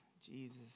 Jesus